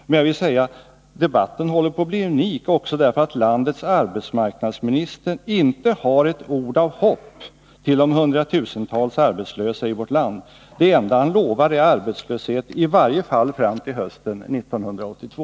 Men jag vill säga att debatten håller på att bli unik också därför att landets arbetsmarknadsminister inte har ett ord av hopp till de hundratusentals arbetslösa i vårt land. Det enda han lovar är arbetlöshet i varje fall fram till hösten 1982.